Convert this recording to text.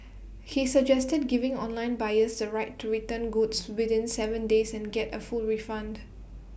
he suggested giving online buyers the right to return goods within Seven days and get A full refund